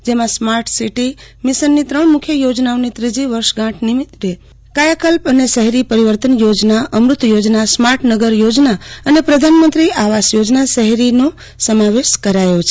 જેમાં સ્માર્ટસિટી મિશનની ત્રણ મુખ્ય યોજનાઓની ત્રીજી વર્ષગાંઠ નિમિત્તે કાયાકલ્પ અને શહેરી પરિવર્તન યોજના અમૃત યોજના સ્માર્ટ નગર યોજના અને પ્રધાનમંત્રી આવાસ યોજના શહેરીનો સમાવેશ કરાયો છે